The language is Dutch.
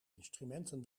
instrumenten